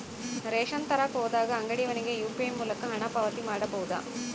Ration ತರಕ ಹೋದಾಗ ಅಂಗಡಿಯವನಿಗೆ ಯು.ಪಿ.ಐ ಮೂಲಕ ಹಣ ಪಾವತಿ ಮಾಡಬಹುದಾ?